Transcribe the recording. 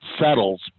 settles